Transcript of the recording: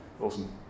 Awesome